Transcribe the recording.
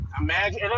Imagine